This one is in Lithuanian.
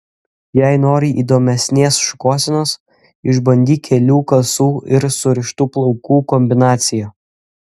jei nori įdomesnės šukuosenos išbandyk kelių kasų ir surištų plaukų kombinaciją